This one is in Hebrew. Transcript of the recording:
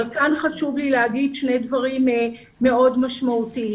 כאן חשוב לי לומר שני דברים מאוד משמעותיים.